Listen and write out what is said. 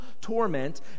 torment